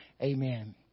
Amen